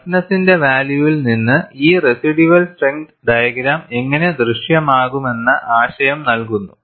ടഫ്നെസ്സിന്റെ വാല്യൂവിൽ നിന്ന് ഈ റെസിഡ്യൂവൽ സ്ട്രെങ്ത് ഡയഗ്രാം എങ്ങനെ ദൃശ്യമാകുമെന്ന ആശയം നൽകുന്നു